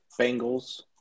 Bengals